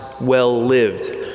Well-Lived